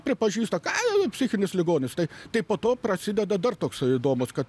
pripažįsta ką psichinis ligonis tai tai po to prasideda dar toksai įdomus kad